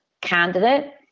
candidate